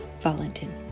Valentin